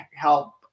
help